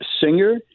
singer